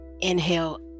inhale